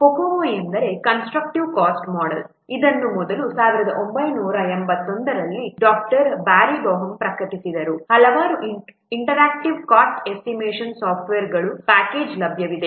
COCOMO ಎಂದರೆ constructive cost model ಇದನ್ನು ಮೊದಲು 1981 ರಲ್ಲಿ ಡಾಕ್ಟರ್ ಬ್ಯಾರಿ ಬೋಹ್ಮ್ ಪ್ರಕಟಿಸಿದರು ಹಲವಾರು ಇಂಟರಾಕ್ಟಿವ್ ಕಾಸ್ಟ್ ಎಸ್ಟಿಮೇಷನ್ ಸಾಫ್ಟ್ವೇರ್ಗಳ ಪ್ಯಾಕೇಜುಗಳು ಲಭ್ಯವಿದೆ